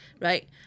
Right